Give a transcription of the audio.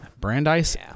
Brandeis